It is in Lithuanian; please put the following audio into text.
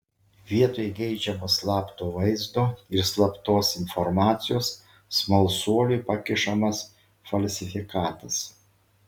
vietoj geidžiamo slapto vaizdo ir slaptos informacijos smalsuoliui pakišamas falsifikatas